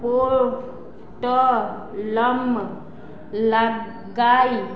पोर्टलमे लगै